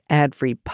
ad-free